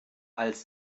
als